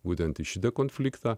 būtent šitą konfliktą